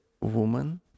woman